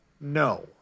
no